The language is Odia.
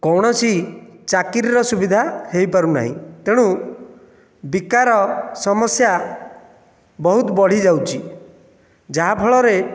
କୌଣସି ଚାକିରିର ସୁବିଧା ହୋଇପାରୁନାହିଁ ତେଣୁ ବେକାର ସମସ୍ୟା ବହୁତ ବଢ଼ିଯାଉଛି ଯାହାଫଳରେ